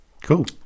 cool